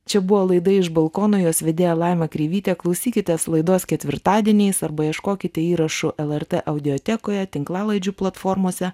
čia buvo laida iš balkono jos vedėja laima kreivytė klausykitės laidos ketvirtadieniais arba ieškokite įrašų lrt audiotekoje tinklalaidžių platformose